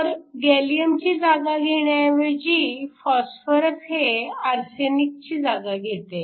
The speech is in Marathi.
तर गॅलीअमची जागा घेण्याऐवजी फॉस्फरस हे आरसेनिकची जागा घेते